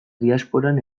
diasporan